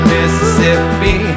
Mississippi